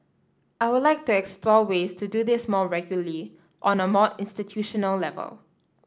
I would like to explore ways to do this more regularly on a more institutional level